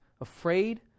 Afraid